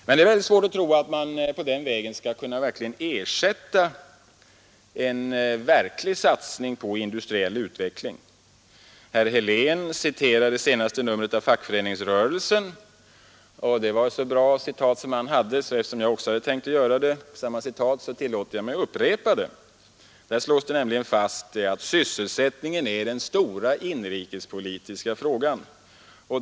Jag har svårt att tro att man den vägen skall kunna ersätta en verklig satsning på indusriell utveckling. Herr Helén citerade det senaste numret av Fackföreningsrörelsen. Det hade jag också tänkt göra, och eftersom det var ett så bra citat tillåter jag mig att upprepa det ”——— sysselsättningen är den stora inrikespolitiska frågan.